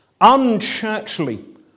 unchurchly